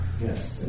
yes